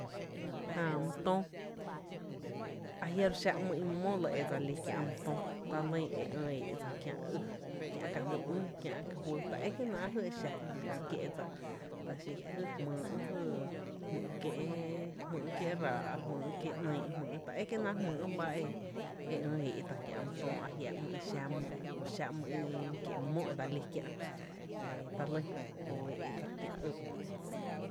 Jää mý töö, ajia’ro ä’ xa mo lɇ e dse lí kiä’ my töö, talýn ÿ’ éédsa kiä’ ka fy üü, tá e kié náá’ jy e xa kää kié’ dsa ta xí jy jmýý’ jy, jmý’ kiéé’ jmý’ kié’ ráá’, jmý’ kié’ nýý’, ta ekie náá’ jmý’ ba ba e éé’ tá’ kiä’ my töö jia ‘my’n xa mm xa ‘myn kie’ mó e dseli kiä’, e talyn ee’ dsa kiä’ ý ba ‘néé’.